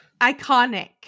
Iconic